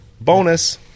Bonus